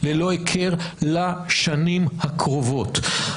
ללא הכר לשנים הקרובות.